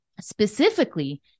specifically